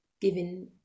giving